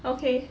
okay